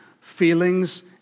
feelings